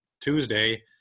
Tuesday